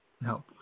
No